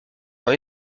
dans